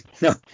no